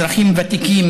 אזרחים ותיקים,